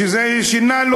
וזה שינה,